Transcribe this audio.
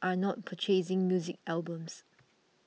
are not purchasing music albums